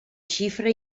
xifra